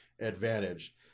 advantage